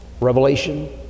Revelation